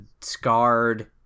scarred